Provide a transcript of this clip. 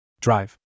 Drive